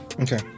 Okay